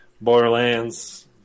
Borderlands